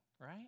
right